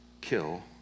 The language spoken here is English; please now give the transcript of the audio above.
kill